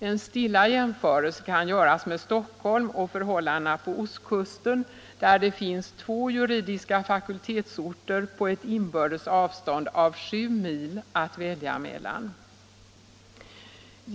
; En stilla jämförelse kan göras med Stockholm och förhållandena på ostkusten, där det finns två juridiska fakultetsorter på ett inbördes avstånd av 7 mil att välja mellan.